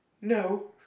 no